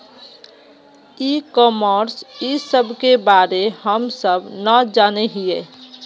ई commerce इस सब के बारे हम सब ना जाने हीये?